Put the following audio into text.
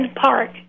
Park